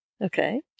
Okay